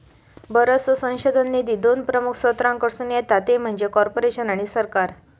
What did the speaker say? बरोचसो संशोधन निधी दोन प्रमुख स्त्रोतांकडसून येता ते म्हणजे कॉर्पोरेशन आणि सरकार